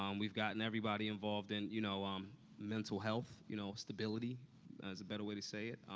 um we've gotten everybody involved in you know um mental health you know, stability is a better way to say it,